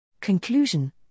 Conclusion